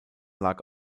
lag